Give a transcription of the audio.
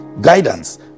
guidance